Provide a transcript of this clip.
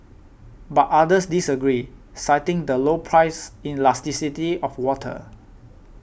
but others disagree citing the low price elasticity of water